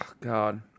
God